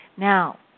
Now